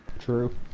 True